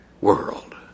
world